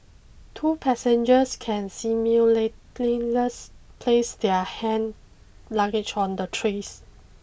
two passengers can place their hand luggage on the trays